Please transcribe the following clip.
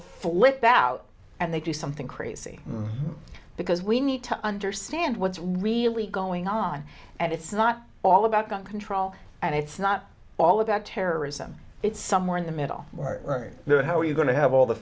flip out and they do something crazy because we need to understand what's really going on and it's not all about gun control and it's not all about terrorism it's somewhere in the middle or there how are you going to have all the